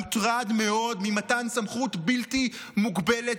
מוטרד מאוד ממתן סמכות בלתי מוגבלת,